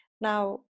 Now